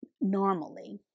normally